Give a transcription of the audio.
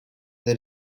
the